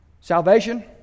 salvation